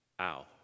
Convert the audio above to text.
ow